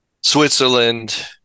Switzerland